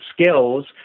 skills